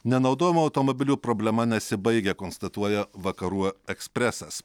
nenaudojamų automobilių problema nesibaigia konstatuoja vakarų ekspresas